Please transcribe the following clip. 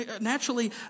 naturally